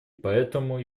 поэтому